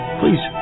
please